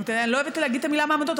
אני לא אוהבת להגיד את המילה מעמדות,